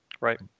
Right